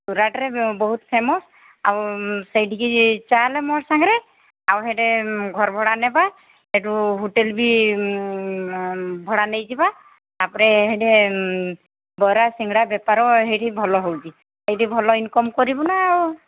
ସୁରାଟରେ ବହୁତ ଫେମସ୍ ଆଉ ସେଇଠିକି ଚାଲେ ମୋର ସାଙ୍ଗରେ ଆଉ ସେଇଠି ଘର ଭଡ଼ା ନେବା ସେଇଠୁ ହୋଟେଲ ବି ଭଡ଼ା ନେଇଯିବା ତାପରେ ସେଇଠି ବରା ସିଙ୍ଗଡ଼ା ବେପାର ସେଇଠି ଭଲ ହେଉଛି ସେଇଠି ଭଲ ଇନକମ୍ କରିବୁନା ଆଉ